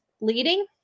leading